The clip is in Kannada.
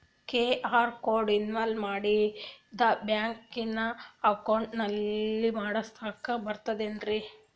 ಕ್ಯೂ.ಆರ್ ಕೋಡ್ ಇನ್ಸ್ಟಾಲ ಮಾಡಿಂದ ಬ್ಯಾಂಕಿನ ಅಕೌಂಟ್ ಲಿಂಕ ಮಾಡಸ್ಲಾಕ ಬರ್ತದೇನ್ರಿ